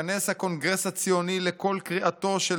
נתכנס הקונגרס הציוני לקול קריאתו של